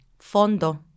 Fondo